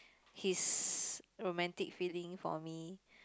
his romantic feeling for me